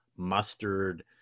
mustard